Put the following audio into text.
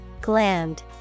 Gland